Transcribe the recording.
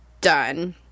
done